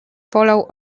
wolał